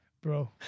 Bro